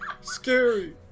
scary